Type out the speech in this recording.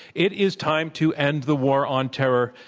it is time to end the war on terror,